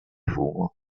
fumo